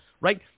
right